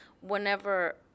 whenever